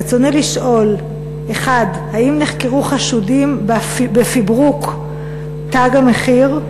רצוני לשאול: 1. האם נחקרו חשודים בפברוק "תג מחיר",